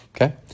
Okay